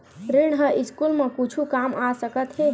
ऋण ह स्कूल मा कुछु काम आ सकत हे?